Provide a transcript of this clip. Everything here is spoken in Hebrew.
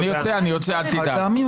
אני יוצא, אני יוצא, אל תדאג.